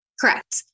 Correct